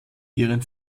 ihren